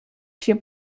się